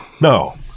No